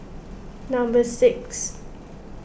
number six